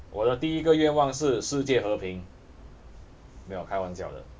我的第一个愿望是世界和平没有开玩笑的